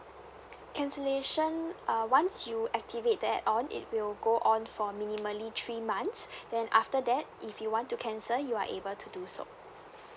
cancellation uh once you activate that on it will go on for minimally three months then after that if you want to cancel you are able to do so